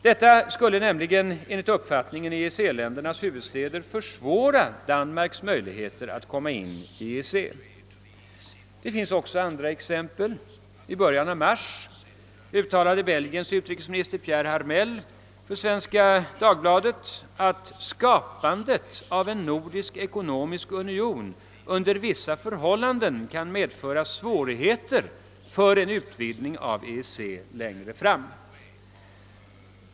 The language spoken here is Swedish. Detta skulle nämligen enligt uppfattningen i EEC-ländernas huvudstäder försvåra Danmarks möjligheter att komma in i EEC. Det finns också andra exempel. I början av mars uttalade Belgiens utrikesminister Pierre Harmel för Svenska Dagbladet att »skapandet av en nordisk ekonomisk union under vissa förhållanden kan medföra svårigheter för en utvidgning av EEC längre fram».